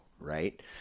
right